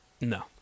No